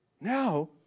Now